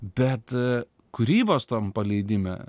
bet kūrybos tampa leidime